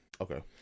Okay